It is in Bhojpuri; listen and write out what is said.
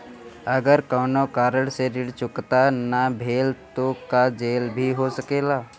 अगर कौनो कारण से ऋण चुकता न भेल तो का जेल भी हो सकेला?